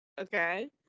Okay